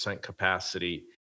capacity